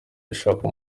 dushaka